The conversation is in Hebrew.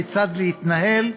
כיצד להתנהל,